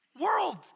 world